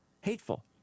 hateful